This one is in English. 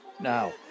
Now